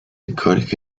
écoles